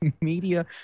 media